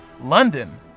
London